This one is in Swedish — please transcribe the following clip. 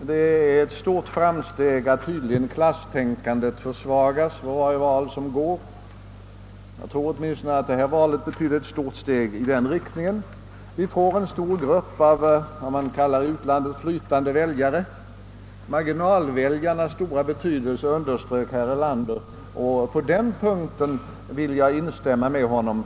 Det är ett stort framsteg att klasstänkandet tydligen minskar för varje val; jag tror åtminstone att resultatet av detta val kan tolkas på det sättet. Vi håller på att få en stor grupp av vad man i utlandet kallar »flytande väljare». Herr Erlander underströk dessa marginalväljarnas betydelse, och på den punkten vill jag instämma med honom.